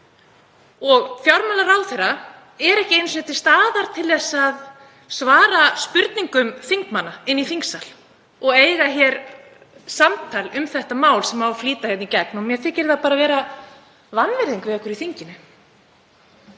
Og fjármálaráðherra er ekki einu sinni til staðar til að svara spurningum þingmanna í þingsal og eiga hér samtal um þetta mál sem á að flýta í gegn. Mér þykir þetta vera vanvirðing við okkur í þinginu.